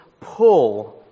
pull